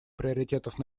приоритетов